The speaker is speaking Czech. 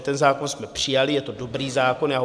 Ten zákon jsme přijali, je to dobrý zákon.